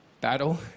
battle